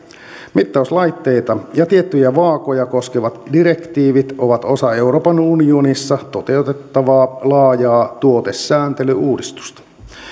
mittauslaitteita ja tiettyjä vaakoja koskevat direktiivit ovat osa euroopan unionissa toteutettavaa laajaa tuotesääntelyuudistusta